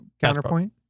counterpoint